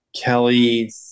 Kelly